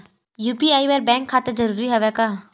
UPI बर bank खाता जरूरी हवय का?